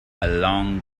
along